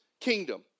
kingdom